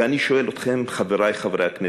ואני שואל אתכם, חברי חברי הכנסת,